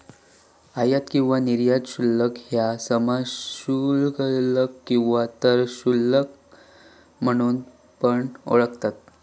आयात किंवा निर्यात शुल्क ह्याका सीमाशुल्क किंवा कर शुल्क म्हणून पण ओळखतत